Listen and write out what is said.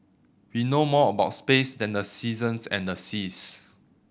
we know more about space than the seasons and the seas